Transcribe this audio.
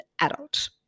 adult